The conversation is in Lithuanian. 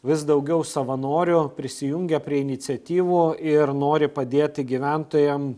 vis daugiau savanorių prisijungia prie iniciatyvų ir nori padėti gyventojam